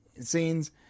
scenes